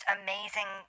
amazing